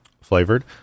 flavored